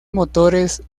motores